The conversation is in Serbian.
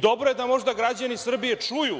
Dobro je da možda građani Srbije čuju